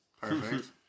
Perfect